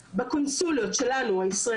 כדי לפרסם הודעות לעובדים זרים,